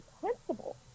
principle